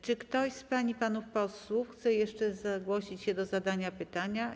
Czy ktoś z pań i panów posłów chce jeszcze zgłosić się do zadania pytania?